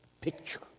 picture